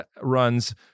runs